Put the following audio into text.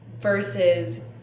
versus